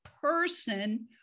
person